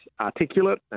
articulate